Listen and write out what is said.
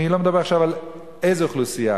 אני לא מדבר עכשיו על איזו אוכלוסייה,